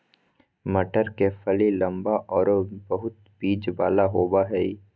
मटर के फली लम्बा आरो बहुत बिज वाला होबा हइ